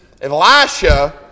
Elisha